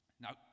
Now